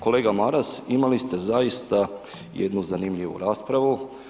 Kolega Maras, imali ste zaista jednu zanimljivu raspravu.